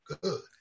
good